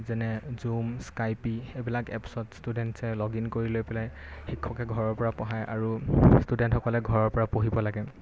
যেনে Zoom Skype এইবিলাক এপছত ষ্টুডেণ্টছে লগ ইন কৰি লৈ পেলাই শিক্ষকে ঘৰৰ পৰা পঢ়ায় আৰু ষ্টুডেণ্টসকলে ঘৰৰ পৰা পঢ়িব লাগে